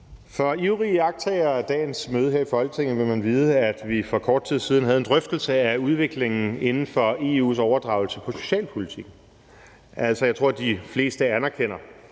Ivrige iagttagere af dagens møde her i Folketinget vil vide, at vi for kort tid siden havde en drøftelse af udviklingen inden for EU's overdragelse på socialpolitikområdet. Altså, jeg tror, de fleste anerkender,